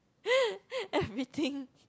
everything